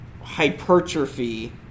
hypertrophy